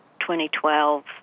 2012